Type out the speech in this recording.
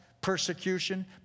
persecution